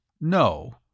No